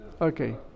Okay